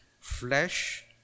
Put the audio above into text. flesh